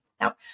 Now